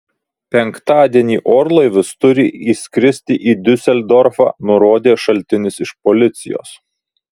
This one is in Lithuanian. penktadienį orlaivis turi išskristi į diuseldorfą nurodė šaltinis iš policijos